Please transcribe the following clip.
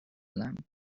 them